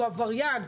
שהוא עבריין,